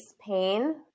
pain